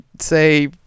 say